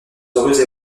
heureuse